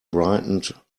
brightened